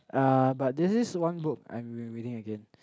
uh but this this one book I've been reading again